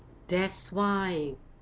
that's why